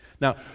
Now